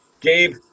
Gabe